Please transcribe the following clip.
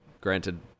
granted